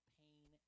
pain